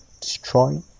destroy